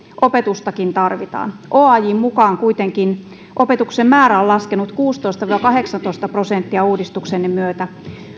opetustakin tarvitaan oajn mukaan kuitenkin opetuksen määrä on laskenut kuusitoista viiva kahdeksantoista prosenttia uudistuksenne myötä